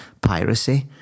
piracy